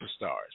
superstars